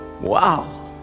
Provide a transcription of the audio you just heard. Wow